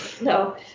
No